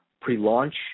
pre-launch